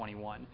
21